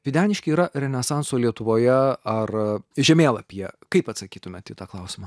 videniškiai yra renesanso lietuvoje ar žemėlapyje kaip atsakytumėt į tą klausimą